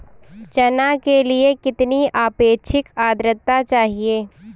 चना के लिए कितनी आपेक्षिक आद्रता चाहिए?